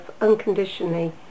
unconditionally